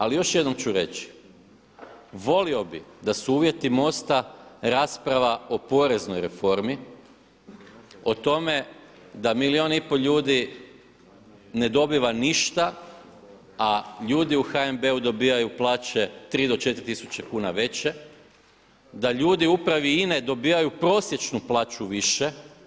Ali još jednom ću reći volio bih da su uvjeti MOST-a rasprava o poreznoj reformi, o tome da milijun i pol ljudi ne dobiva ništa, a ljudi u HNB-u dobivaju plaće 3 do 4 tisuće kuna veće, da ljudi u upravi INA-e dobivaju prosječnu plaću više.